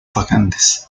vacantes